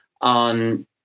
on